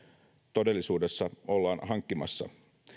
todellisuudessa ollaan hankkimassa